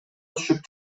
түшүп